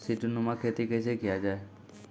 सीडीनुमा खेती कैसे किया जाय?